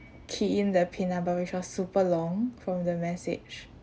key in the pin number which was super long from the message